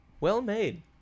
well-made